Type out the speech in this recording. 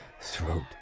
throat